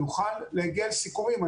נוכל להגיע לסיכומים.